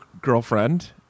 girlfriend